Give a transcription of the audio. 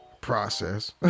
process